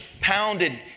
pounded